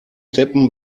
deppen